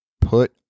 put